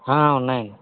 ఉన్నాయండి